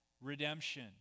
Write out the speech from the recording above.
redemption